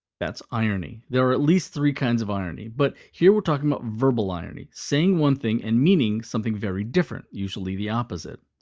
that's irony. there are at least three kinds of irony. but here we're talking about verbal irony saying one thing and meaning something very different, usually the opposite.